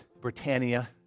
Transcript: Britannia